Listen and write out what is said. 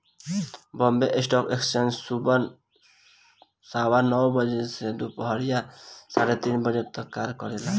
Bombay stock exchange सुबह सवा नौ बजे से दूपहरिया साढ़े तीन तक कार्य करेला